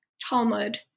Talmud